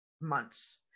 months